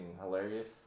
hilarious